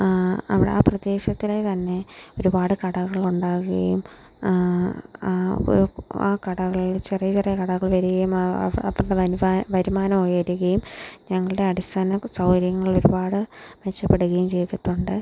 അവിടെ ആ പ്രദേശത്തിലെ തന്നെ ഒരുപാട് കടകൾ ഉണ്ടാകുകയും ആ കടകളില് ചെറിയ ചെറിയ കടകൾ വരികയും അവരുടെ തന്നെ വരുമാനമുയരുകയും ഞങ്ങളുടെ അടിസ്ഥാന സൗകര്യങ്ങൾ ഒരുപാട് മെച്ചപ്പെടുകയും ചെയ്തിട്ടുണ്ട്